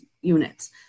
units